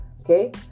okay